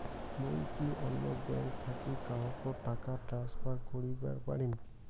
মুই কি অন্য ব্যাঙ্ক থাকি কাহকো টাকা ট্রান্সফার করিবার পারিম?